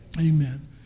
Amen